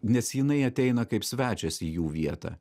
nes jinai ateina kaip svečias į jų vietą